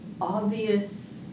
obvious